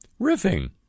riffing